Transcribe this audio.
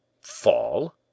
fall